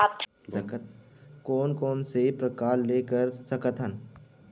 कोन कोन से प्रकार ले कर सकत हन?